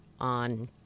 on